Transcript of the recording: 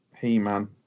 He-Man